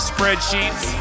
spreadsheets